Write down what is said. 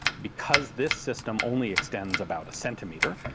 because this system only extends about a centimetre,